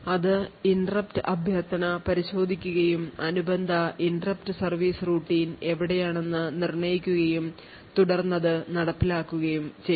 അത് interrupt അഭ്യർത്ഥന പരിശോധിക്കുകയും അനുബന്ധ interrupt service routine എവിടെയാണെന്ന് നിർണ്ണയിക്കുകയും തുടർന്ന് അത് നടപ്പിലാക്കുകയും ചെയ്യും